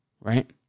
right